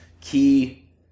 key